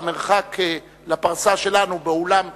המרחק לפרסה שלנו באולם המליאה,